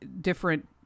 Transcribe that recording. different